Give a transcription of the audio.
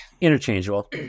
interchangeable